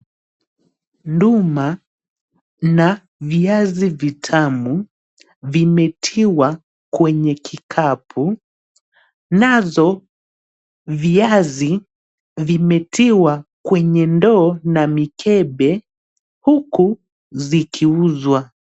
Nduma na viazi vitamu vimetiwa kwenye kikapu nazo viazi vimetiwa kwenye ndoo na mikebe huku vikiuzwa.